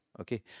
Okay